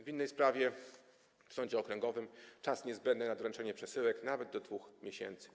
W innej sprawie w sądzie okręgowym czas niezbędny do doręczenia przesyłek to nawet 2 miesiące.